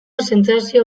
sentsazio